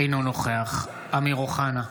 אינו נוכח אמיר אוחנה,